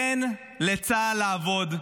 תן לצה"ל לעבוד,